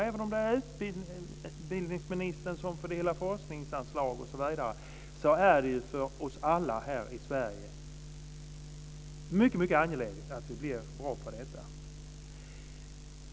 Även om det är utbildningsministern som fördelar forskningsanslagen är det för oss alla i Sverige mycket angeläget att se till att vi blir bra på detta.